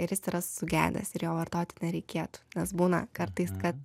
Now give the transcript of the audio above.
ir jis yra sugedęs ir jo vartoti nereikėtų nes būna kartais kad